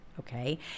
Okay